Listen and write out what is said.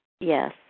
Yes